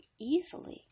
easily